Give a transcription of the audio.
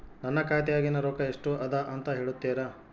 ನನ್ನ ಖಾತೆಯಾಗಿನ ರೊಕ್ಕ ಎಷ್ಟು ಅದಾ ಅಂತಾ ಹೇಳುತ್ತೇರಾ?